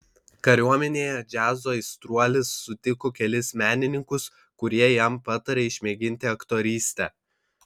kariuomenėje džiazo aistruolis sutiko kelis menininkus kurie jam patarė išmėginti aktorystę